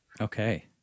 Okay